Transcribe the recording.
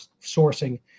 sourcing